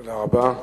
תודה רבה.